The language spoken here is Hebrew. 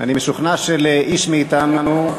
אני משוכנע שלאיש מאתנו,